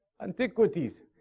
Antiquities